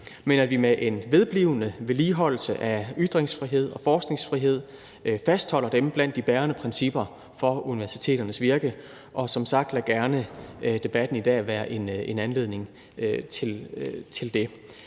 men at vi med en vedblivende vedligeholdelse af ytringsfrihed og forskningsfrihed fastholder dem blandt de bærende principper for universiteternes virke. Og som sagt, lad gerne debatten i dag være en anledning til det.